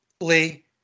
lee